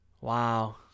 wow